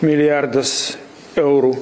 milijardas eurų